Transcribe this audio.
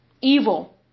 Evil